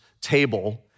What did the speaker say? table